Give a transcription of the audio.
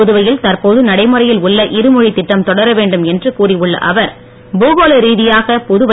புதுவையில் தற்போது நடைமுறையில் உள்ள இருமொழி திட்டம் தொடர வேண்டும் என்று கூறி உள்ள அவர் பூகோள ரீதியாக புதுவை